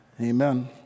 Amen